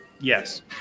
Yes